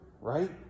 right